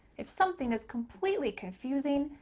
if something is completely confusing,